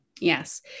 Yes